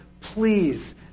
please